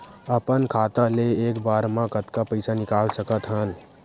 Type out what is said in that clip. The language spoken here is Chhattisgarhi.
अपन खाता ले एक बार मा कतका पईसा निकाल सकत हन?